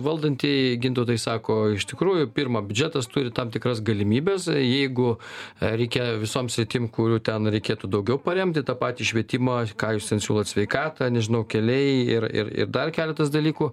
valdantieji gintautai sako iš tikrųjų pirma biudžetas turi tam tikras galimybes jeigu reikia visoms sritim kurių ten reikėtų daugiau paremti tą patį švietimą ką jūs ten siūlot sveikatą nežinau keliai ir ir ir dar keletas dalykų